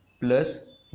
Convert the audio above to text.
plus